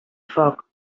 foc